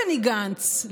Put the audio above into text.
בני גנץ,